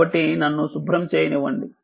కాబట్టి నన్ను శుభ్రం చేయనివ్వండి